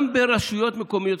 גם ברשויות מקומיות.